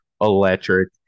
electric